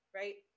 right